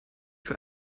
für